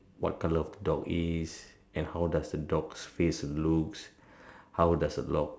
what colour of the dog is and how does the dog's face looks how does the dog